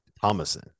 Thomason